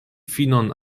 finon